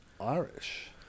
Irish